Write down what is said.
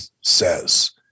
says